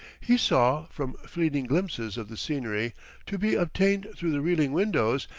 he saw, from fleeting glimpses of the scenery to be obtained through the reeling windows,